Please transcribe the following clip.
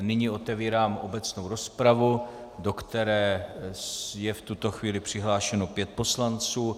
Nyní otevírám obecnou rozpravu, do které se je v tuto chvíli přihlášeno pět poslanců.